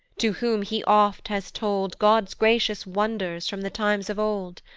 to whom he oft has told god's gracious wonders from the times of old.